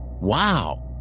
Wow